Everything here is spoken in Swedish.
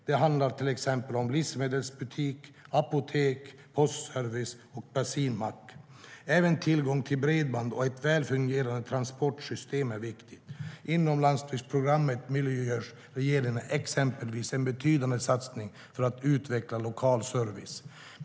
Det handlar till exempel om livsmedelsbutik, apotek, postservice och bensinmack. Även tillgång till bredband och ett väl fungerande transportsystem är viktigt. Inom landsbygdsprogrammet möjliggör regeringen exempelvis en betydande satsning för att utveckla lokal service.